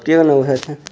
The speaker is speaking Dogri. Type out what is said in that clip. केह् करना तुसें इ'त्थें